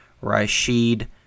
Rashid